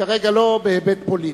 כרגע לא בהיבט פוליטי,